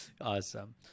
Awesome